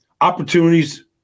Opportunities